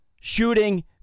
shooting